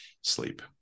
sleep